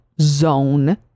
zone